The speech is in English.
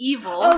Evil